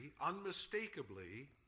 unmistakably